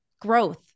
growth